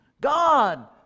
God